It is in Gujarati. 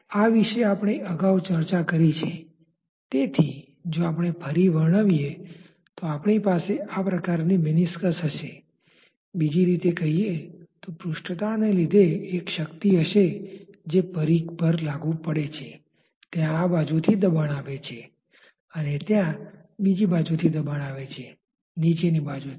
આ વિશે આપણે અગાઉ ચર્ચા કરી છે તેથી જો આપણે ફરી વર્ણવીએ તો આપણી પાસે આ પ્રકારની મેનિસ્કસ હશે બીજી રીતે કહીએ તો પૃષ્ઠતાણને લીધે એક શક્તિ હશે જે પરિઘ પર લાગુ પડે છે ત્યાં આ બાજુથી દબાણ આવે છે અને ત્ત્યાં બીજી બાજુથી દબાણ આવે છે નીચેની બાજુથી